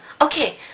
Okay